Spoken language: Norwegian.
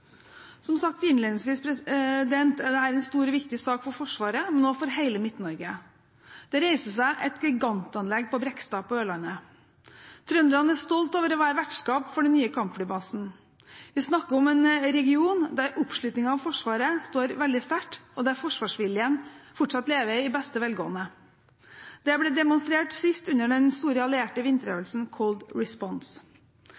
Som sagt innledningsvis: Dette er en stor og viktig sak for Forsvaret, men også for hele Midt-Norge. Det reiser seg et gigantanlegg på Brekstad i Ørland. Trønderne er stolte over å være vertskap for den nye kampflybasen. Vi snakker om en region der oppslutningen om Forsvaret står veldig sterkt, og der forsvarsviljen fortsatt lever i beste velgående. Det ble sist demonstrert under den store allierte